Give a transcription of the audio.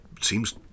seems